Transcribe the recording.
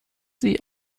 sie